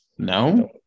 No